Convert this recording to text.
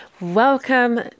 Welcome